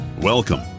Welcome